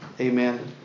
amen